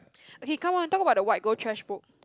okay come on talk about the white gold chase book